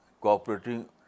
cooperating